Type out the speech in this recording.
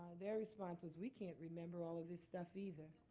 their response was we can't remember all of this stuff either.